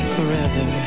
Forever